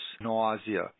nausea